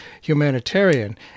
humanitarian